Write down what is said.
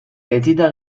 etsita